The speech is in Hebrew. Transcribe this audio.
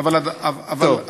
המבין יבין.